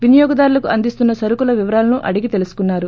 వినియోగదారులకు అందిస్తున్న సరకుల వివరాలను అడిగి తెలుసుకున్నారు